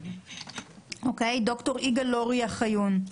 ד"ר יגאל לוריא חיון?